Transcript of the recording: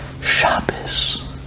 Shabbos